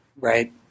right